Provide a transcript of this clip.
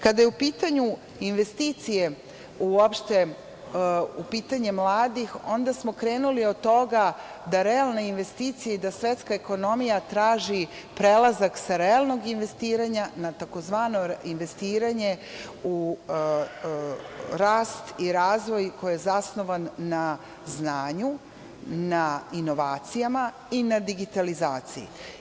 Kada su u pitanju investicije u pitanje mladih onda smo krenuli od toga da realne investicije i da svetska ekonomija traži prelazak sa realnog investiranja na tzv. investiranje u rast i razvoj koji je zasnovan na znanju, na inovacijama i na digitalizaciji.